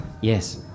Yes